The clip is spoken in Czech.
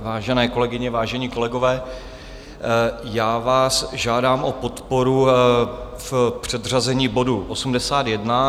Vážené kolegyně, vážení kolegové, já vás žádám o podporu v předřazení bodu 81.